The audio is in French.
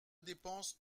dépenses